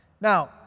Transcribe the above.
Now